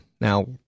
Now